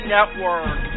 Network